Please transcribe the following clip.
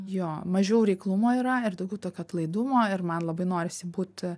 jo mažiau reiklumo yra ir daugiau tokio atlaidumo ir man labai norisi būt